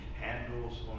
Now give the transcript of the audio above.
handles